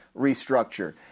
restructure